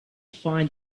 find